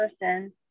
person